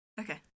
okay